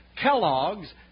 Kellogg's